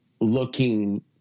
looking